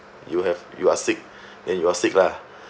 you have you are sick then you are sick lah